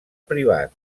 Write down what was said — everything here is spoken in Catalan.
privat